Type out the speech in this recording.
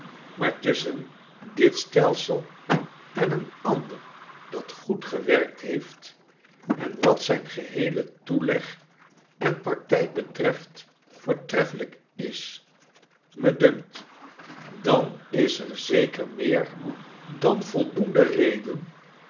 maar tusschen dit stelsel en een ander dat goed gewerkt heeft en wat zijn geheele toeleg en practijk betreft voortreffelijk is me dunkt dan is er zeker meer dan voldoende reden